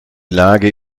lage